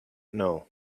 know